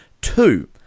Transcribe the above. Two